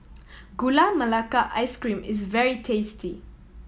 Gula Melaka Ice Cream is very tasty